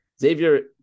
Xavier